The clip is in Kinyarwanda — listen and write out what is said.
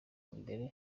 mbere